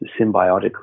symbiotically